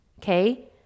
Okay